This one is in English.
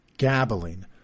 Gabbling